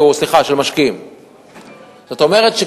זאת אומרת,